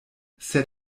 sed